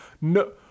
No